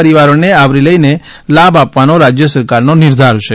પરિવારોને આવરી લઈને લાભ આપવાનો રાજ્ય સરકારનો નિર્ધાર છે